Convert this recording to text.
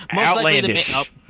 outlandish